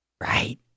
Right